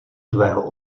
tvého